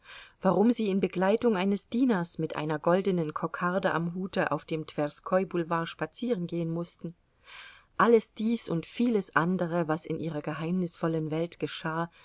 warum sie in begleitung eines dieners mit einer goldenen kokarde am hute auf dem twerskoi boulevard spazierengehen mußten alles dies und vieles andere was in ihrer geheimnisvollen welt geschah